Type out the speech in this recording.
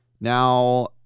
Now